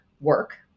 work